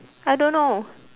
I don't know